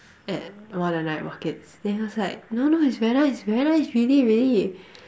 at one of the night markets then he was like no no it's very nice very nice really really